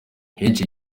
henshi